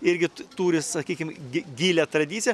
irgi turi sakykim gi gilią tradiciją